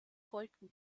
folgten